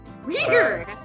weird